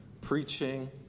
preaching